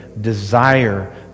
desire